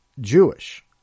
jewish